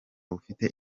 bufite